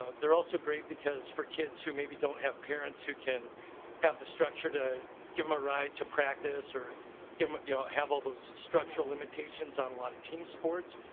ah they're also great because for kids who maybe don't have parents who can have the structure to give a right to practice or game um you know have all those structural limitations on a lot of team sports.